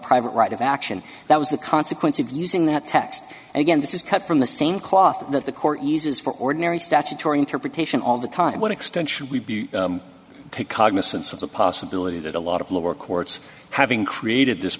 private right of action that was the consequence of using that text and again this is cut from the same cloth that the court uses for ordinary statutory interpretation all the time what extent should we be take cognisance of the possibility that a lot of lower courts having created this